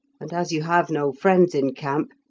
and as you have no friends in camp,